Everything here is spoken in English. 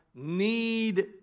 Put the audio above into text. Need